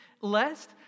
lest